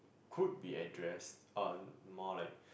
could be address on more like